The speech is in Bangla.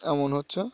এমন হচ্ছে